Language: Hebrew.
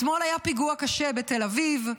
אתמול היה פיגוע קשה בתל אביב,